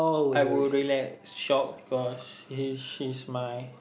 I will relax shop for she's she's my